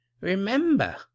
Remember